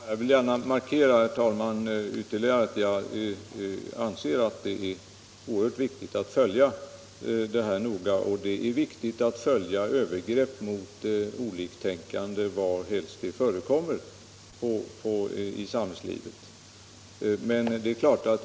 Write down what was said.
Herr talman! Jag vill gärna ytterligare markera att jag anser att det är oerhört viktigt att följa denna fråga noga; det är viktigt att ingripa vid övergrepp mot oliktänkande varhelst sådana förekommer i sam hällslivet.